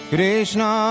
Krishna